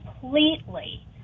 completely